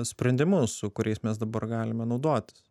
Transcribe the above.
sprendimus su kuriais mes dabar galime naudotis